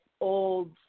old